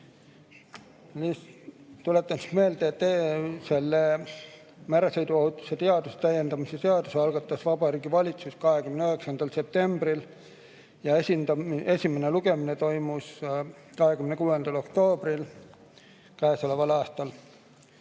Tuletan meelde, et meresõiduohutuse seaduse täiendamise seaduse [eelnõu] algatas Vabariigi Valitsus 29. septembril ja esimene lugemine toimus 26. oktoobril käesoleval aastal.